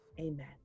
amen